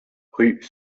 rue